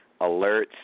alerts